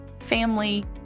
family